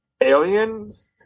aliens